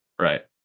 Right